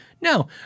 no